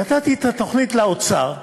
נתתי את התוכנית לאוצר ואמרתי: